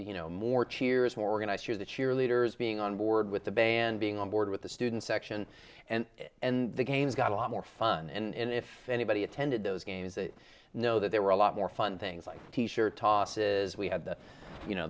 you know more cheers more organized or the cheerleaders being on board with the band being on board with the student section and and the games got a lot more fun and if anybody attended those games a know that there were a lot more fun things like t shirt tosses we had the you know